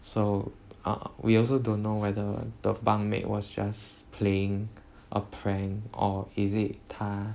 so err we also don't know whether the bunkmate was just playing a prank or is it 他